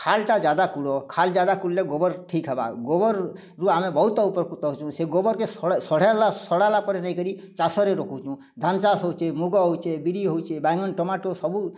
ଖାଲ୍ଟା ଜାଦା ଖୁଳୋ ଖାଲ୍ଟା ଜାଦା ଖୁଳିଲେ ଗୋବର୍ ଠିକ୍ ହେବା ଗୋବର୍ରୁ ଆମେ ବହୁତ ଉପକୃତ ହଉଚୁ ଗୋବର୍ର ସଢ଼େଲା ସଢ ହେଲା ପରେ ନେଇ କିରି ଚାଷରେ ରଖୁଚୁ ଧାନ ଚାଷ ହଉଚି ମୁଗ ହଉଚେ ବିରି ହଉଚେ ବାଇଗଣ ଟମାଟୋ ସବୁ